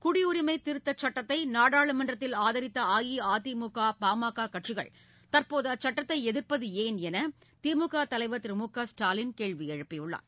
குடியுரிஸ் திருத்த சட்டத்தை நாடாளுமன்றத்தில் ஆதரித்த அஇஅதிமுக பாமக கட்சிகள் தற்போது அச்சட்டத்தை எதிா்ப்பது ஏன் என்று திமுக தலைவா் திரு மு க ஸ்டாலின் கேள்வி எழுப்பியுள்ளார்